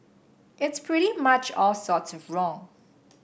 it's pretty much all sorts of wrong